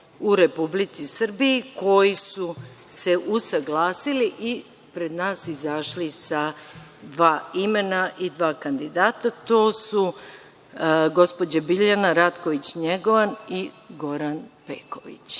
u Republici Srbiji koji su se usaglasili i pred nas izašli sa dva imena i dva kandidata, to su gospođa Biljana Ratković Njegovan i Goran Peković.